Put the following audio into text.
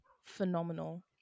phenomenal